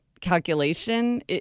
calculation